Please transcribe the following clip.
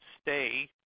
stay